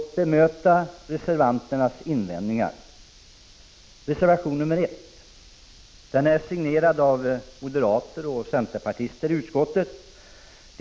ZIG GS - bemöta reservanternas invändningar. EE 3 Reservation 1 är lämnad av moderater och centerpartister i utskottet. De KG Se ee 90 2. . a .